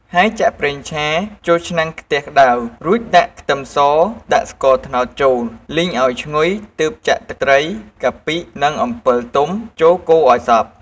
ហើយចាក់ប្រេងឆា ចូលឆ្នាំងខ្ទះក្តៅ រួចដាក់ខ្ទឹមស ដាក់ស្ករត្នោតចូល លីងឱ្យឈ្ងុយទើបចាក់ទឹកត្រី កាពិ និងអំពិលទុំចូលកូរឱ្យសព្វ។